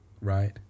right